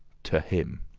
to him.